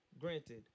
Granted